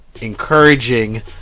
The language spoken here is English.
encouraging